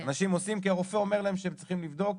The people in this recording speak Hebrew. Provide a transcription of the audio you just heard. אנשים עושים כי הרופא אומר להם שהם צריכים לבדוק.